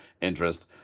interest